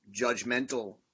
judgmental